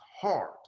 hard